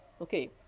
okay